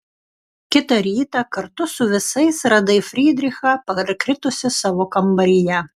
kitą rytą kartu su visais radai frydrichą parkritusį savo kambaryje